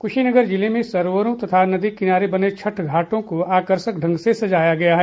कुशीनगर जिले में सरोवरों तथा नदी किनारे बने छठ घाटों को आकर्षक ढंग से सजाया गया है